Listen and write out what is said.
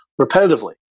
repetitively